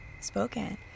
spoken